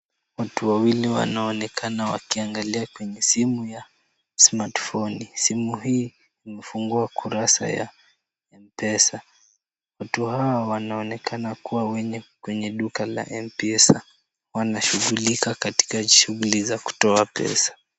Watu wawili wanaonekana wakiangalia kwenye simu ya smartphone , simu hii imefungua kurasa ya M-Pesa, watu hao wanaonekana kuwa wenye, kwenye duka la M-Pesa wanashugulika katika shughuli za kutoa pesa.